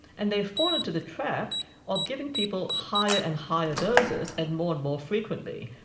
and they fall into the trap of giving people higher and higher doses and more and more frequently.